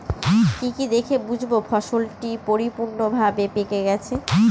কি কি দেখে বুঝব ফসলটি পরিপূর্ণভাবে পেকে গেছে?